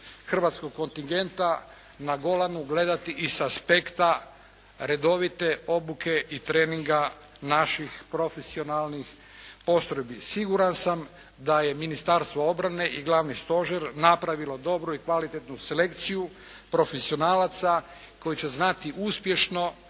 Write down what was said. hrvatskog kontingenta na Golanu gledati i sa aspekta redovite obuke i treninga naših profesionalnih postrojbi. Siguran sam da je Ministarstvo obrane i Glavni stožer napravilo dobru i kvalitetnu selekciju profesionalaca koji će znati uspješno